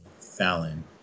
Fallon